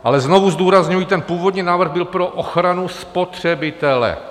Ale znovu zdůrazňuji, ten původní návrh byl pro ochranu spotřebitele.